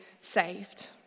saved